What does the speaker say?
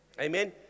Amen